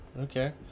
Okay